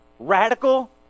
Radical